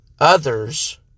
others